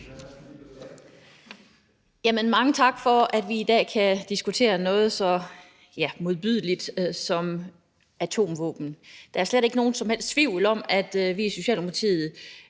mange tak for, at vi i dag kan diskutere noget så modbydeligt som atomvåben. Der er slet ikke nogen som helst tvivl om, at vi i Socialdemokratiet